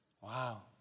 Wow